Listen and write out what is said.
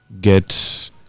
get